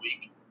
week